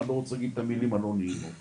אני לא רוצה להגיד את המילים הלא נעימות,